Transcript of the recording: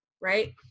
right